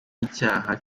icyaha